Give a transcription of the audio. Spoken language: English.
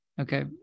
Okay